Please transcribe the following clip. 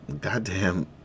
goddamn